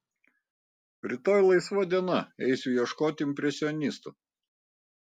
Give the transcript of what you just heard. rytoj laisva diena eisiu ieškot impresionistų